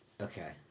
Okay